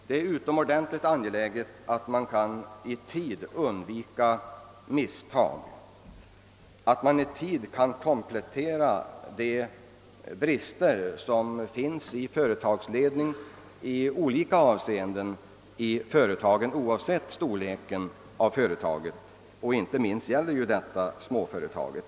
Det är utomordentligt angeläget att man härvid kan undvika misstag och även kan komplettera de brister i olika avseenden, som förekommer inom <företagsledningen, oavsett rörelsens storlek. Inte minst gäller ju detta småföretagen.